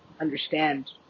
understand